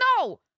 No